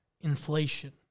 inflation